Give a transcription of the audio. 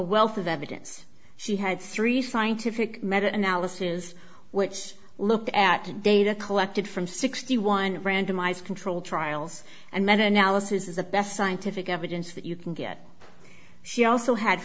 wealth of evidence she had three scientific method analysis which looked at data collected from sixty one randomized controlled trials and that analysis is the best scientific evidence that you can get she also had